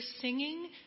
singing